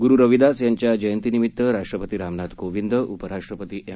गरु रविदास यांच्या जयंती निमीत्त राष्ट्रपती रामनाथ कोविंद उपराष्ट्रपती एम